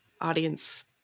audience